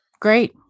Great